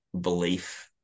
belief